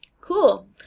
Cool